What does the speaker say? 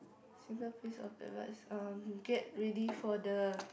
single piece of advice um get ready for the